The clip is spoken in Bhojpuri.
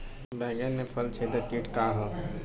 बैंगन में फल छेदक किट का ह?